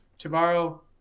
tomorrow